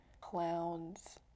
clowns